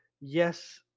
yes